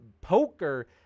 Poker